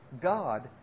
God